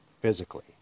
physically